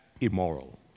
immoral